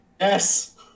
Yes